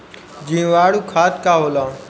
जीवाणु खाद का होला?